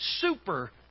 super